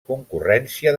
concurrència